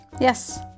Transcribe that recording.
Yes